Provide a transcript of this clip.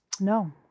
No